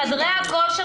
חדרי הכושר